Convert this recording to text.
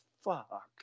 fuck